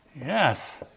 Yes